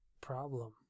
problem